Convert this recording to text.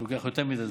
זה לוקח יותר מדי זמן,